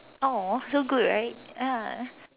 !aww! so good right ya